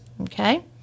okay